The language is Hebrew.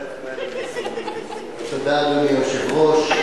אדוני היושב-ראש,